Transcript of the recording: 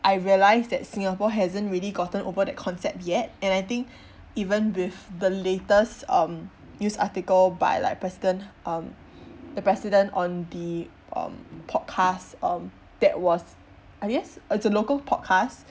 I realise that singapore hasn't really gotten over that concept yet and I think even with the latest um news article by like president um the president on the um podcast um that was I guess it's a local podcast